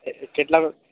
એટલે કેટલા મ